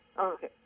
Okay